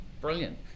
brilliant